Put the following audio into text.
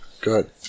Good